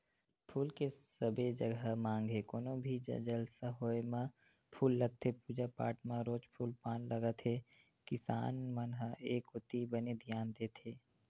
फूल के सबे जघा मांग हे कोनो भी जलसा होय म फूल लगथे पूजा पाठ म रोज फूल पान लगत हे किसान मन ह ए कोती बने धियान देत हे